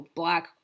black